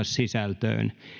sisältöön